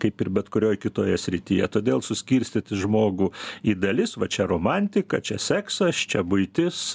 kaip ir bet kurioj kitoje srityje todėl suskirstyti žmogų į dalis va čia romantika čia seksas čia buitis